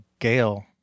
Gail